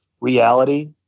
reality